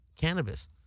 cannabis